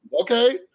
okay